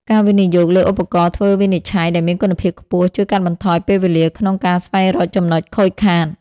ការវិនិយោគលើឧបករណ៍ធ្វើវិនិច្ឆ័យដែលមានគុណភាពខ្ពស់ ជួយកាត់បន្ថយពេលវេលាក្នុងការស្វែងរកចំណុចខូចខាត។